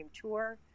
tour